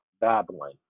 Babylon